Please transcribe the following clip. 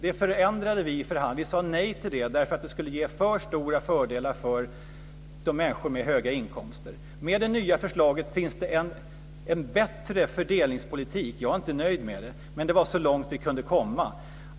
Det förändrade vi i förhandlingarna. Vi sade nej till det, eftersom det skulle ge för stora fördelar för människor med höga inkomster. Med det nya förslaget finns det en bättre fördelningspolitik. Jag är inte nöjd med förslaget. Men det var så långt som vi kunde komma.